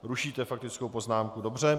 Rušíte faktickou poznámku, dobře.